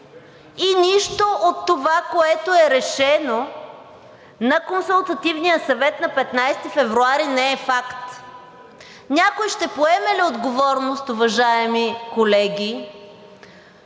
и нищо от това, което е решено на Консултативния съвет на 15 февруари, не е факт. Някой ще поеме ли отговорност, уважаеми колеги